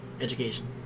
Education